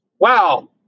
wow